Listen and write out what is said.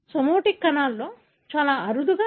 somatic కణాలలో చాలా అరుదుగా అలాంటి సంఘటనలు జరుగుతాయి